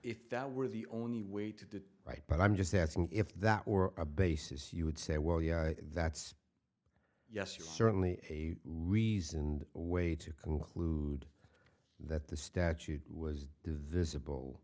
if that were the only way to do it right but i'm just asking if that were a basis you would say well yeah that's yes certainly a reasoned way to conclude that the statute was the visible